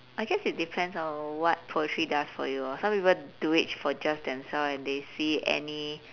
I guess it depends on what poetry does for you ah some people do it for just themselves and they see any